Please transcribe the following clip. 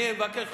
אני מבקש ממך,